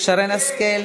שרן השכל,